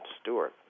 Stewart